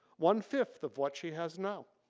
one-fifth of what she has now.